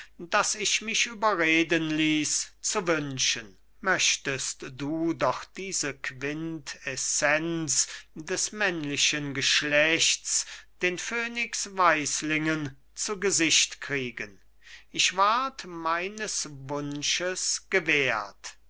daß ich mich überreden ließ zu wünschen möchtest du doch diese quintessenz des männlichen geschlechts den phönix weislingen zu gesicht kriegen ich ward meines wunsches gewährt